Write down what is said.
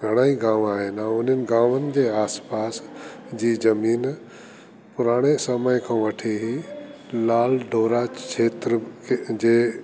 घणा ई गांव आइन अ उन्हनि गांवनि जे आसपास जी जमीन पुराणे समय खो वठी ही लाल डोरा क्षेत्र खे जे